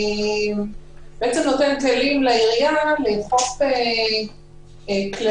ובעצם נותן כלים לעירייה לאכוף כללים